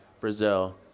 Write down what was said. brazil